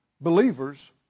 believers